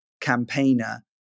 campaigner